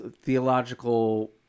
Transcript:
Theological